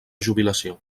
jubilació